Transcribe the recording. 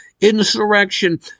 insurrection